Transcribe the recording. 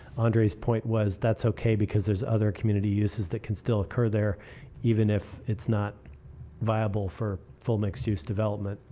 andre's point was that was so ok because there's other community uses that can still occur there even if it's not viable for full mixed use development.